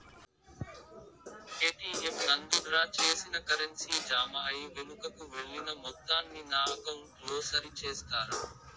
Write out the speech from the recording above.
ATM నందు draw చేసిన currency జామ అయి వెనుకకు వెళ్లిన మొత్తాన్ని నా అకౌంట్ లో సరి చేస్తారా?